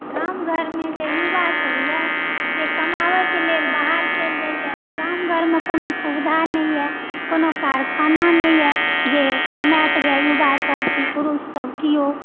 गाम घरमे जे युवासभ यऽ से कमाबयके लेल बाहर चलि जाइए गाम घरमे कोनो सुविधा नहिए कोनो कारखाना नहिए जे कमायत गऽ युवासभ कि पुरुषसभ केओ